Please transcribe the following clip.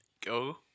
Go